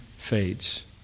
Fades